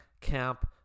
camp